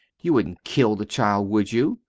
you wouldn't kill the child, would you?